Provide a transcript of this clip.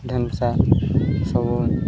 ଢ଼େମ୍ସା ସବୁନ୍